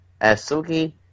Asuki